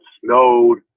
snowed